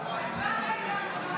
להצבעה.